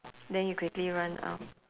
then you quickly run out